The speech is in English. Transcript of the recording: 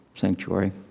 sanctuary